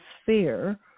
sphere